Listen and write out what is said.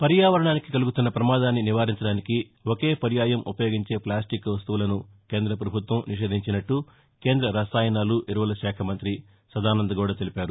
పర్యావరణానికి కలుగుతున్న ప్రమాదాన్ని నివారించడానికి ఒకే పర్యాయం ఉపయోగించే ప్లాస్టిక్ వస్తువులసు కేంద్ర ప్రభుత్వం నిషేధించినట్లు కేంద్ర రసాయనాలు ఎరువుల శాఖ మంత్రి సదానంద గౌడ తెలిపారు